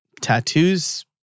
tattoos